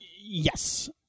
Yes